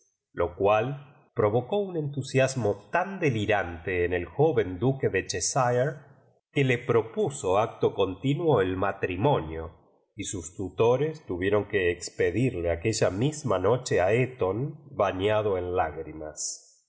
lo cual provocó un entusiasmo tan delirante en el joven duque de cheshire que la pro puso acto continuo el matrimonio y sus tutores tuvieron que expedirle aquella mis ma noche a eton bañado en lágrimas